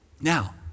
Now